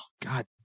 God